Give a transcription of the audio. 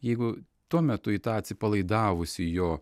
jeigu tuo metu į tą atsipalaidavusį jo